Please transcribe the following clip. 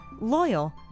loyal